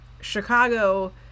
Chicago